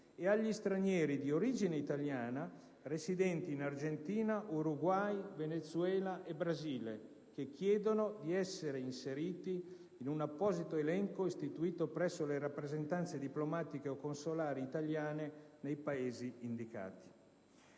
e agli stranieri di origine italiana residenti in Argentina, Uruguay, Venezuela e Brasile che chiedono di essere inseriti in un apposito elenco istituito presso le rappresentanze diplomatiche o consolari italiane nei Paesi indicati.